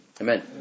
Amen